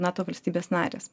nato valstybės narės